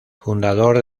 fundador